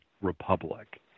republic